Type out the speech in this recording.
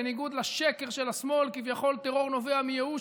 שבניגוד לשקר של השמאל שכביכול טרור נובע מייאוש,